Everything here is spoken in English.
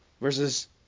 versus